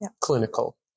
clinical